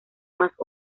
más